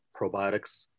probiotics